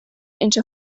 into